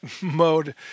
mode